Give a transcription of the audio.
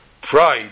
pride